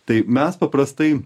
tai mes paprastai